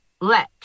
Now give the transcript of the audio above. let